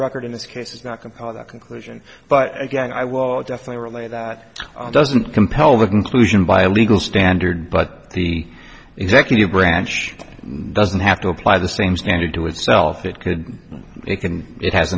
record in this case is not going to that conclusion but again i will definitely relay that doesn't compel the conclusion by a legal standard but the executive branch doesn't have to apply the same standard to itself it could it can it has